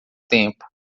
tempo